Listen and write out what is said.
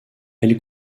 elle